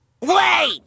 Wait